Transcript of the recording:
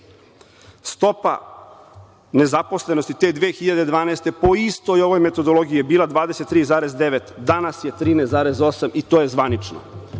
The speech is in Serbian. Stopa nezaposlenosti te 2012. godine, po istoj ovoj metodologiji, bila je 23,9%, a danas je 13,8%, i to je zvanično.